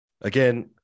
Again